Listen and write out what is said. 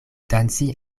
danci